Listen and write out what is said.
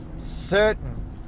certain